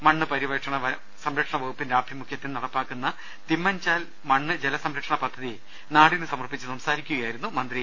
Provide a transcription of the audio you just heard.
മണ്ണ് പര്യവേക്ഷണ സംരക്ഷണ വകുപ്പിന്റെ ആഭിമുഖ്യത്തിൽ നടപ്പിലാക്കുന്ന തിമ്മൻചാൽ മണ്ണ്ട് ജല സംരക്ഷണ പദ്ധതി നാടിന് സമർപ്പിച്ച് സംസാരി ക്കുകയായിരുന്നു അദ്ദേഹം